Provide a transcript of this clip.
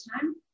time